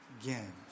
again